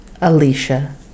Alicia